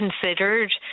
considered